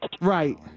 Right